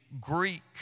Greek